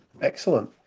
excellent